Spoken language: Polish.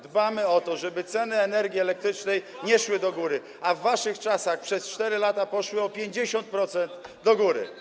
Dbamy o to, żeby ceny energii elektrycznej nie szły do góry, a w waszych czasach przez 4 lata poszły o 50% do góry.